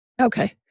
Okay